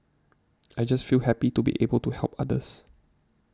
I just feel happy to be able to help others